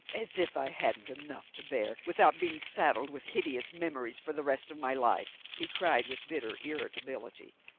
as if i hadn't enough to bear without being saddled with hideous memories for the rest of my life! he cried with bitter irritability.